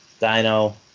Dino